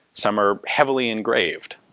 some are heavily engraved.